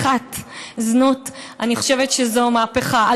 אני חושבת שזו מהפכה.